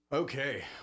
Okay